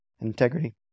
Integrity